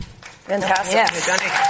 Fantastic